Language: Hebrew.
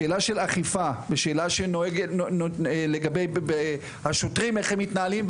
ושאלה שנוהגת לגבי השוטרים איך הם מתנהלים,